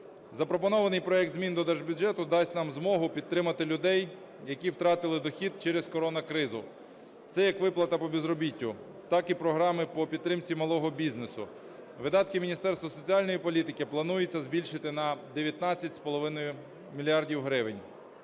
Запропонований проект змін до держбюджету дасть нам змогу підтримати людей, які втратили дохід через корона-кризу, це як виплата по безробіттю, так і програми по підтримці малого бізнесу. Видатки Міністерства соціальної політики планується збільшити на 19,5 мільярда